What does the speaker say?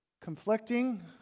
conflicting